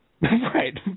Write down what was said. Right